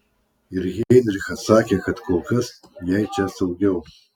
ir heinrichas sakė kad kol kas jai čia saugiau